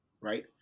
right